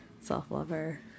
self-lover